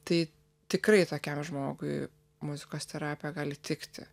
tai tikrai tokiam žmogui muzikos terapija gali tikti